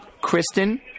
Kristen